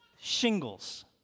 shingles